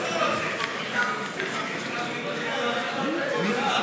ההצעה להעביר את הצעת חוק התכנון והבנייה (תיקון,